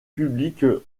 public